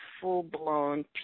full-blown